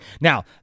Now